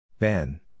Ben